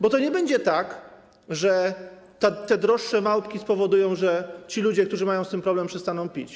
Bo to nie będzie tak, że te droższe małpki spowodują, że ci ludzie, którzy mają z tym problem, przestaną pić.